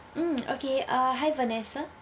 mm okay uh hi vanessa